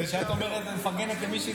כשאת אומרת ומפרגנת למישהי,